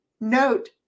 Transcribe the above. note